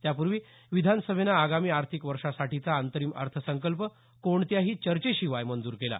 त्यापूर्वी विधानसभेनं आगामी आर्थिक वर्षासाठीचा अंतरिम अर्थसंकल्प कोणत्याही चर्चेशिवाय मंजूर केला